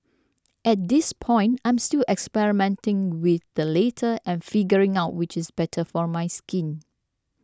at this point I'm still experimenting with the later and figuring out which is better for my skin